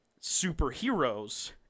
superheroes